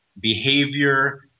behavior